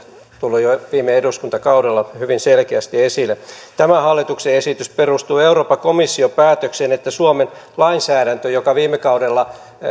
tullut jo viime eduskuntakaudella hyvin selkeästi esille tämä hallituksen esitys perustuu euroopan komission päätökseen että se suomen lainsäädäntö joka viime kaudella